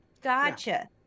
gotcha